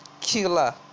killer